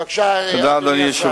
בבקשה, אדוני השר.